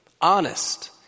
honest